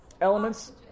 Elements